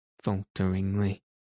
falteringly